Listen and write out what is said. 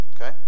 okay